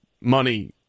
money